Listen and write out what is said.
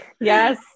Yes